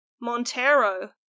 Montero